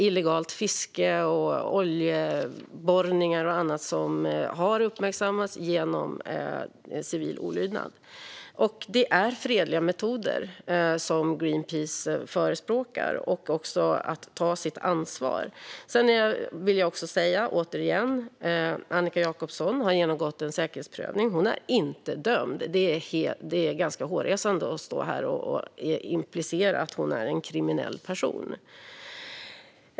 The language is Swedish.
Illegalt fiske, oljeborrningar och annat har uppmärksammats genom civil olydnad. Och det är fredliga metoder som Greenpeace förespråkar. Man tar också sitt ansvar. Återigen vill jag säga att Annika Jacobson har genomgått en säkerhetsprövning. Hon är inte dömd. Det är ganska hårresande att stå här och implicera henne som en kriminell person.